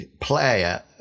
player